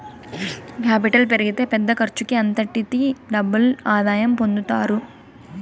capital పెరిగితే పెద్ద ఖర్చుకి అంతటికీ డబుల్ ఆదాయం పొందుతారు